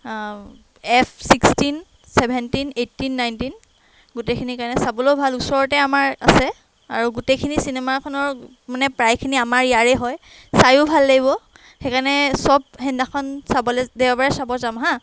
F sixteen seventeen eighteen nineteen গোটেইখিনিৰ কাৰণে চাবলৈয়ো ভাল ওচৰতে আমাৰ আছে আৰু গোটেইখিনি চিনেমাখনৰ মানে প্ৰায়খিনি আমাৰ ইয়াৰে হয় চায়ো ভাল লাগিব সেইকাৰণে চব সেইদিনাখন চাবলৈ দেওবাৰে চাব যাম হা